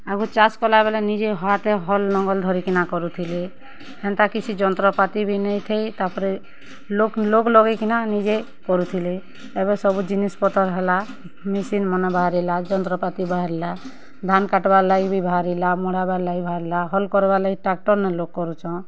ଆଗ ଚାଷ୍ କଲାବେଲେ ନିଜେ ହାତେ ହଲ୍ ନଙ୍ଗଲ୍ ଧରିକିନା କରୁଥିଲେ ହେନ୍ତା କିଛି ଯନ୍ତ୍ରପାତି ବି ନାଇ ଥାଇ ତା'ର୍ପରେ ଲୋକ୍ ଲଗେଇ କିନା ନିଜେ କରୁଥିଲେ ଏବେ ସବୁ ଜିନିଷ୍ ପତର୍ ହେଲା ମେସିନ୍ ମାନେ ବାହାରିଲା ଯନ୍ତ୍ରପାତି ବାହାରିଲା ଧାନ୍ କାଟ୍ବାର୍ ଲାଗି ବି ବାହାରିଲା ମଢାବାର୍ ଲାଗି ବାହାର୍ଲା ହଲ୍ କର୍ବାର୍ ଲାଗି ଟ୍ରାକ୍ଟର୍ ନେ ଲୋକ୍ କରୁଛନ୍